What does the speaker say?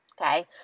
okay